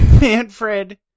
Manfred